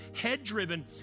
head-driven